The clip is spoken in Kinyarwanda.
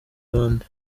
abandi